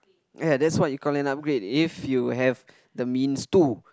ya that's why you call them upgrade if you have the means to